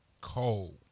Cold